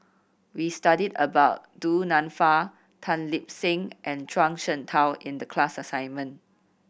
we studied about Du Nanfa Tan Lip Seng and Zhuang Shengtao in the class assignment